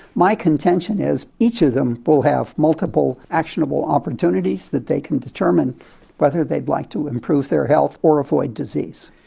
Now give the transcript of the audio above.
my contention is each of them will have multiple actionable opportunities that they can determine whether they'd like to improve their health or avoid disease.